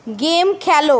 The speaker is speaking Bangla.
গেম খেলো